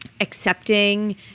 accepting